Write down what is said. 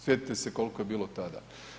Sjetite se koliko je bilo tada.